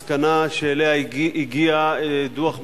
מסקנה שאליה הגיע דוח "מקינזי"